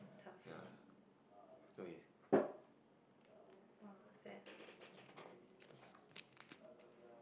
ya so he